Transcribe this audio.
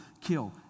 kill